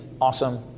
awesome